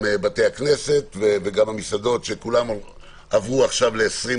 בתי הכנסת והמסעדות שעברו ל-20,